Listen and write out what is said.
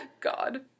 God